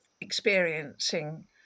experiencing